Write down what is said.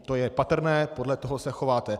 To je patrné podle toho se chováte.